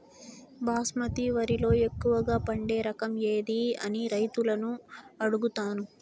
బాస్మతి వరిలో ఎక్కువగా పండే రకం ఏది అని రైతులను అడుగుతాను?